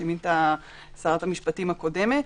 שמינתה שרת המשפטים הקודמת.